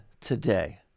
today